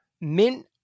mint